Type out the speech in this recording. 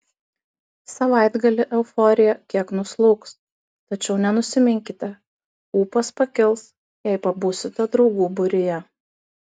savaitgalį euforija kiek nuslūgs tačiau nenusiminkite ūpas pakils jei pabūsite draugų būryje